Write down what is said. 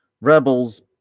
Rebels